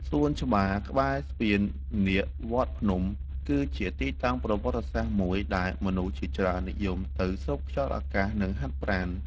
សួនច្បារក្បែរស្ពាននាគវត្តភ្នំ គឺជាទីតាំងប្រវត្តិសាស្ត្រមួយដែលមនុស្សជាច្រើននិយមទៅស្រូបខ្យល់អាកាស និងហាត់ប្រាណ។